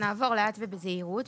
נעבור לאט ובזהירות.